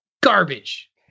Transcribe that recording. garbage